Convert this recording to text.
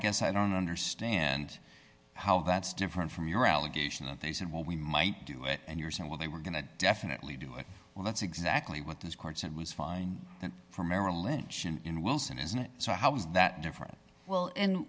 guess i don't understand how that's different from your allegation that they said well we might do it and you're saying well they were going to definitely do it well that's exactly what this court said was fine for merrill lynch in wilson isn't it so how is that different well and